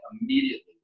immediately